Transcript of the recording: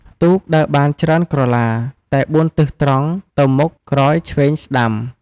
ទូក ដើរបានច្រើនក្រឡា តែ ៤ទិសត្រង់ ទៅមុខ ក្រោយ ឆ្វេង ស្កាំ។